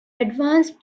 advanced